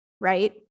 right